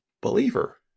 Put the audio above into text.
believer